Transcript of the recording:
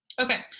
Okay